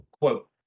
Quote